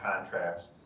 contracts